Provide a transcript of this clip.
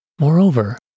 Moreover